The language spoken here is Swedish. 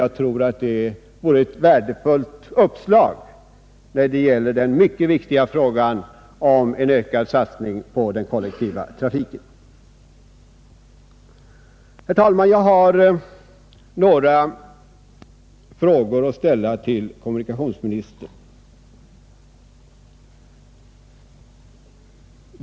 Jag tror Fredagen den det är ett värdefullt uppslag när det gäller den mycket viktiga frågan om 22 januari 1971 ökad satsning på den kollektiva trafiken. Herr talman! Jag har några frågor att ställa till kommunikationsministern.